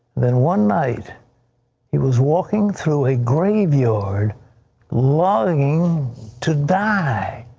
then one night he was walking through a graveyard longing to die.